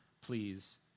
please